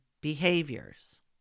behaviors